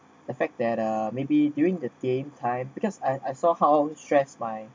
the fact that uh maybe during the game time because I I saw how stressed my